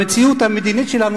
במציאות המדינית שלנו,